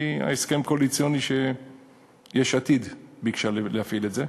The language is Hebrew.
בהסכם הקואליציוני יש עתיד ביקשה להפעיל את זה,